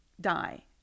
Die